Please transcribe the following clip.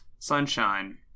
sunshine